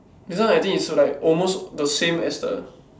this one I think is still like almost the same as the